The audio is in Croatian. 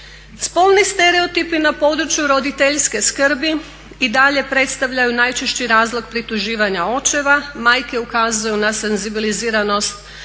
Spolni stereotipi na području roditeljske skrbi i dalje predstavljaju najčešći razlog prituživanja očeva, majke ukazuju na senzibiliziranost